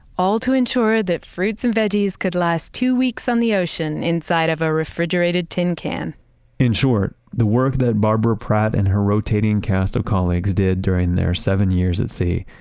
all to ensure that fruits and veggies could last two weeks on the ocean inside of a refrigerated tin can in short, the work that barbara pratt and her rotating cast of colleagues did during their seven years at sea,